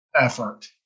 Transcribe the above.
effort